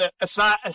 aside